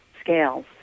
scales